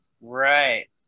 Right